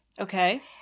Okay